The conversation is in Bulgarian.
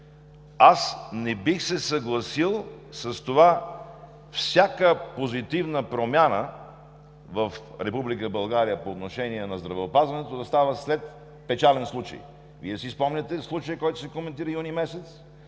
не бих се съгласил всяка позитивна промяна в Република България по отношение на здравеопазването да става след печален случай. Вие си спомняте случая, който се коментира юни месец,